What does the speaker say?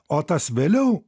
o tas vėliau